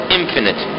infinite